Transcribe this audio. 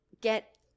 get